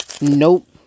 Nope